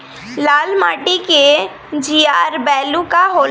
लाल माटी के जीआर बैलू का होला?